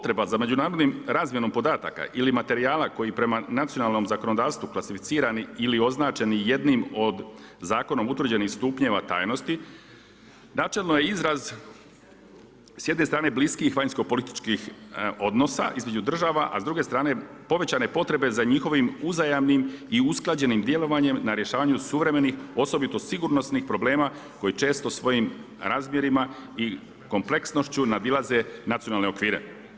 Potreba za međunarodnom razmjenom podataka ili materijala koji prema nacionalnom zakonodavstvo su klasificirani ili označeni jednim od zakonom utvrđenih stupnjeva tajnosti načelno je izraz s jedne strane bliskih vanjsko-političkih odnosa između država, a s druge strane povećane potrebe za njihovim uzajamnim i usklađenim djelovanjem na rješavanju suvremenih osobito sigurnosnih problema koji često svojim razmjerima i kompleksnošću nadilaze nacionalne okvire.